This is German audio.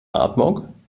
atmung